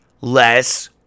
less